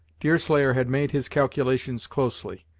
deerslayer had made his calculations closely,